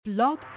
Blog